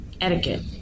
etiquette